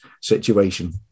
situation